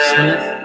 Smith